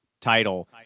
title